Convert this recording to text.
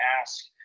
ask